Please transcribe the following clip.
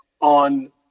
on